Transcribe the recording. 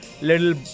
little